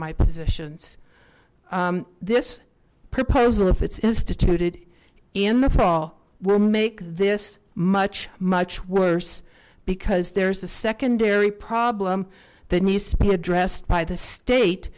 my positions this proposal if it's instituted in the fall will make this much much worse because there's a secondary problem that needs to be addressed by the state